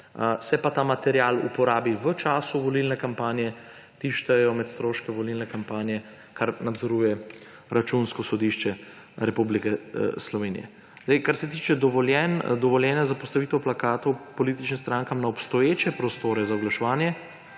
se pa ta material uporabi v času volilne kampanje, se ti štejejo med stroške volilne kampanje, kar nadzoruje Računsko sodišče Republike Slovenije. Kar se tiče dovoljenj. Dovoljenja za postavitev plakatov na obstoječe prostore za oglaševanje